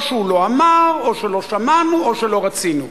או שהוא לא אמר, או שלא שמענו, או שלא רצינו.